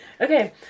Okay